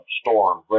storm